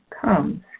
comes